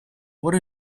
what